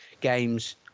games